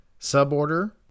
Suborder